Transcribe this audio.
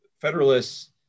Federalists